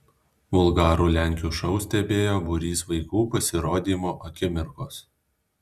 vulgarų lenkių šou stebėjo būrys vaikų pasirodymo akimirkos